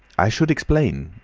i should explain,